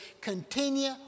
Continue